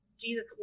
Jesus